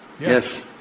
Yes